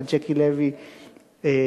אלא ג'קי לוי אחר,